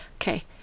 Okay